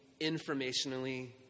informationally